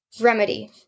Remedy